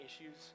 issues